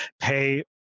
pay